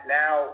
now